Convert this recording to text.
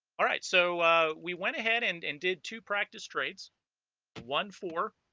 all right so we went ahead and and did two practice trades one for